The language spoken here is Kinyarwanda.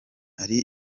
hari